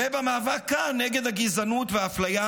ובמאבק כאן נגד הגזענות והאפליה